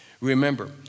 Remember